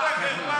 בושה וחרפה.